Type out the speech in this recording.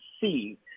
see